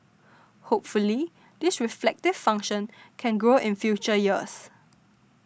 hopefully this reflective function can grow in future years